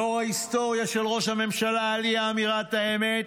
לאור ההיסטוריה של ראש הממשלה עם אי-אמירת האמת,